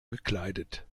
gekleidet